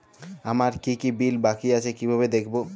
আমার কি কি বিল বাকী আছে কিভাবে দেখবো?